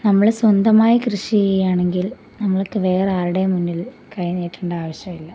നമ്മൾ സ്വന്തമായി കൃഷി ചെയ്യാണെങ്കിൽ നമ്മൾക്ക് വേറെ ആരുടെയും മുന്നിൽ കൈ നീട്ടേണ്ട ആവശ്യമില്ല